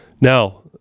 Now